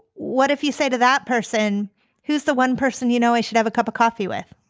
what if you say to that person who's the one person you know, i should have a cup of coffee with?